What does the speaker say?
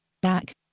Back